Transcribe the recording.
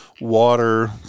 Water